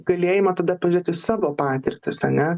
galėjimą tada turiti savo patirtis ane